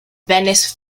venice